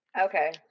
Okay